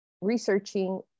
researching